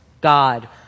God